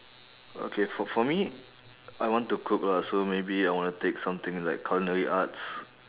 okay for for me I want to cook lah so maybe I wanna take something like culinary arts